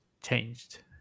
changed